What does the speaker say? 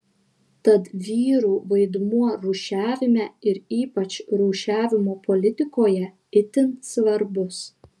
tad vyrų vaidmuo rūšiavime ir ypač rūšiavimo politikoje itin svarbus